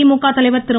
திமுக தலைவர் திரு